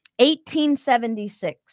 1876